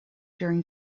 during